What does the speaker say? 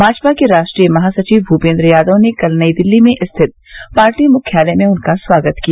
भाजपा के राष्ट्रीय महासचिव भूपेन्द्र यादव ने कल नई दिल्ली स्थित पार्टी मुख्यालय में उनका स्वागत किया